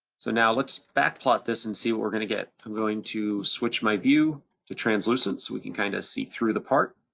so now let's backplot this and see what we're gonna get. i'm going to switch my view to translucent so we can kinda kind of see through the part,